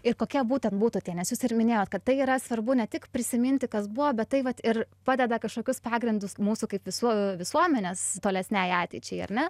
ir kokie būtent būtų tie nes jūs ir minėjot kad tai yra svarbu ne tik prisiminti kas buvo bet tai vat ir padeda kažkokius pagrindus mūsų kaip visų visuomenės tolesnei ateičiai ar ne